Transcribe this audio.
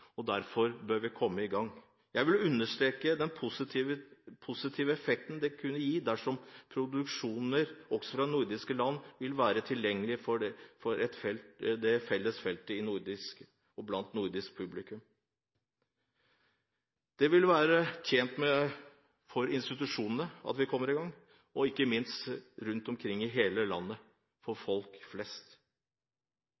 sak. Derfor bør vi komme i gang. Jeg vil understreke den positive effekten det kunne gi dersom produksjoner også fra nordiske land ville være tilgjengelig for et felles nordisk publikum. Institusjonene ville være tjent med at vi kommer i gang, og ikke minst folk flest rundt omkring i hele landet.